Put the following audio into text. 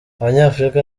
abanyafurika